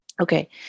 Okay